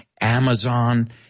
Amazon